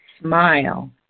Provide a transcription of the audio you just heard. Smile